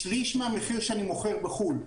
בשליש מהמחיר שאני מוכר בחו"ל,